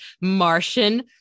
Martian